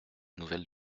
nouvelles